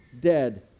dead